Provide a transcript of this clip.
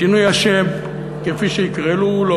שינוי השם כפי שיקראו לו,